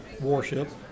warship